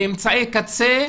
לאמצעי קצה,